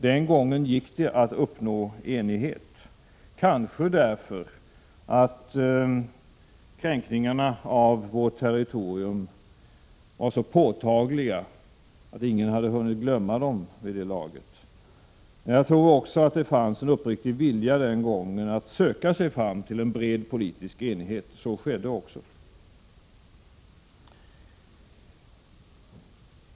Den gången gick det att uppnå enighet kanske därför att kränkningarna av vårt territorium var så påtagliga att ingen hade hunnit glömma dem vid det laget. Men jag tror också att det då fanns en uppriktig vilja att söka sig fram till en bred politisk enighet. En sådan uppnåddes också.